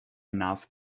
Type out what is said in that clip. enough